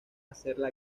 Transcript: hacerla